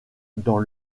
dans